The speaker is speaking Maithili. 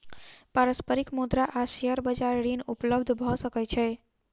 पारस्परिक मुद्रा आ शेयर पर ऋण उपलब्ध भ सकै छै